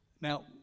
Now